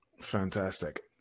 Fantastic